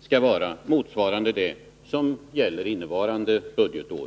skall motsvara den som gäller innevarande budgetår.